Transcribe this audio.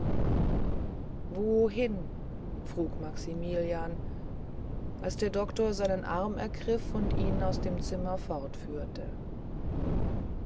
wohin frug maximilian als der doktor seinen arm ergriff und ihn aus dem zimmer fortführte